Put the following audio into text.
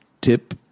Tip